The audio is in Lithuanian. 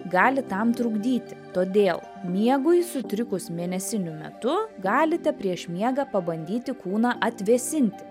gali tam trukdyti todėl miegui sutrikus mėnesinių metu galite prieš miegą pabandyti kūną atvėsinti